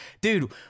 Dude